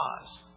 cause